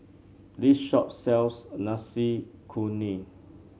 this shop sells Nasi Kuning